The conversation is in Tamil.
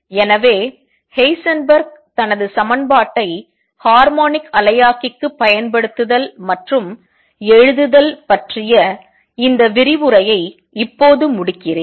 எனவே ஹெய்சன்பெர்க் தனது சமன்பாட்டை ஹார்மோனிக் அலையாக்கிக்கு பயன்படுத்துதல் மற்றும் எழுதுதல் பற்றிய இந்த விரிவுரையை இப்போது முடிக்கிறேன்